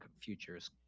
futures